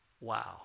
Wow